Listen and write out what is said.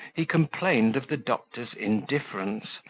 he complained of the doctor's indifference,